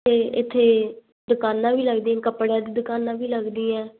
ਅਤੇ ਇਥੇ ਦੁਕਾਨਾਂ ਵੀ ਲੱਗਦੀਆਂ ਕੱਪੜਿਆਂ ਦੀ ਦੁਕਾਨਾਂ ਵੀ ਲੱਗਦੀਆਂ ਕੱਪੜੇ ਦੀਆਂ ਦੁਕਾਨਾਂ ਵੀ ਲੱਗਦੀਆਂ